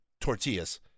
tortillas